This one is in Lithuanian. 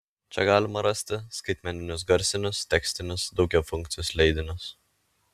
čia galima rasti skaitmeninius garsinius tekstinius daugiafunkcius leidinius